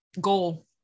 goal